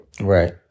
Right